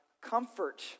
comfort